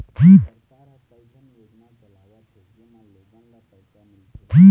सरकार ह कइठन योजना चलावत हे जेमा लोगन ल पइसा मिलथे